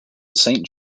saint